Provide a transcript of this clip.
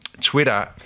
Twitter